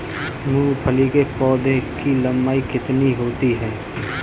मूंगफली के पौधे की लंबाई कितनी होती है?